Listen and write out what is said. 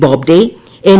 Bobde N